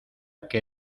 que